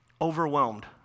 overwhelmed